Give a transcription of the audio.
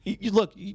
Look